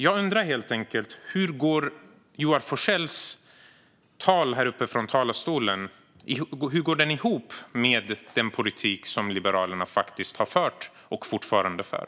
Jag undrar helt enkelt: Hur går det som Joar Forssell säger från talarstolen ihop med den politik som Liberalerna faktiskt har fört och fortfarande för?